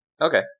Okay